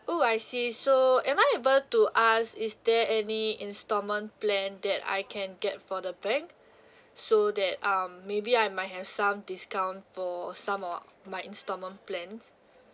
oh I see so am I able to ask is there any instalment plan that I can get for the bank so that um maybe I might have some discount for some of my instalment plans